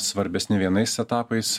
svarbesni vienais etapais